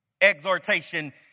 exhortation